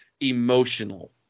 emotional